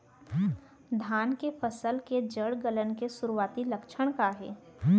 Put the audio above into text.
धान के फसल के जड़ गलन के शुरुआती लक्षण का हे?